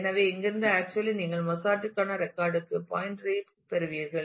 எனவே இங்கிருந்து ஆக்சுவலி நீங்கள் மொஸார்ட்டுக்கான ரெக்கார்ட் க்கு பாயின்டர்கள் பெறுவீர்கள்